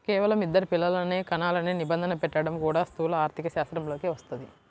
కేవలం ఇద్దరు పిల్లలనే కనాలనే నిబంధన పెట్టడం కూడా స్థూల ఆర్థికశాస్త్రంలోకే వస్తది